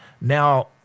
Now